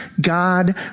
God